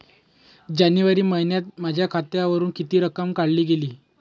जानेवारी महिन्यात माझ्या खात्यावरुन किती रक्कम काढली गेली?